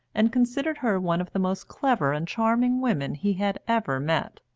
and considered her one of the most clever and charming women he had ever met.